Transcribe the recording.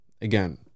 again